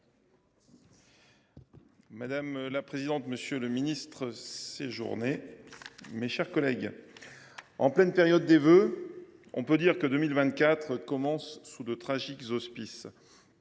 Madame la présidente, monsieur le ministre, mes chers collègues, en pleine période de vœux, on peut dire que 2024 commence sous de tragiques auspices.